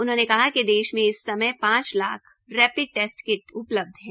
उन्होंने कहा कि देश में इस समय पांच लाख रेपिड टेस्ट किट उपलब्ध है